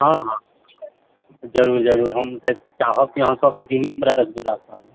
हँ हँ जरूर जरूर हम तऽ चाहब अहाँ सबदिने हमरा रसगुल्ला खुआबू